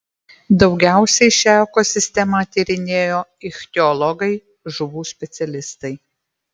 daugiausiai šią ekosistemą tyrinėjo ichtiologai žuvų specialistai